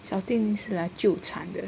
小叮铃是来纠缠的